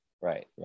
Right